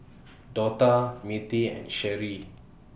Dortha Mirtie and Sherrie